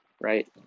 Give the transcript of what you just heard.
right